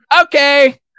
okay